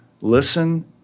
listen